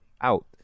out